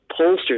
pollsters